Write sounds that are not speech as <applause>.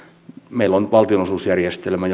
meillä on valtionosuusjärjestelmä <unintelligible>